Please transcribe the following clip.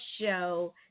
show